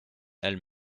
elle